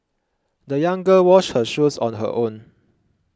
the young girl washed her shoes on her own